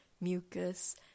Mucus